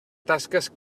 tasques